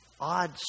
odd